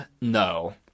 No